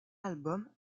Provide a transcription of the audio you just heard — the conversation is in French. album